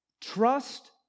trust